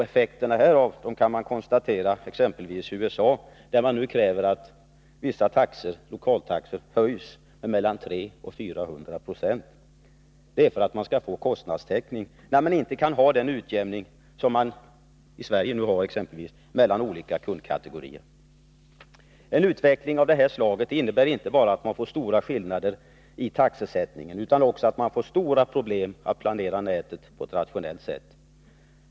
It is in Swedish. Effekten härav kan man konstatera exempelvis i USA, där det nu krävs att vissa lokaltaxor höjs mellan 300 och 400 96 — detta för att man skall få kostnadstäckning när man inte kan ha en sådan utjämning som vi har i Sverige mellan olika kundkategorier. En utveckling av det här slaget innebär inte bara att man får stora skillnader i taxesättningen utan också att man får stora problem att planera nätet på ett rationellt sätt.